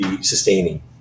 sustaining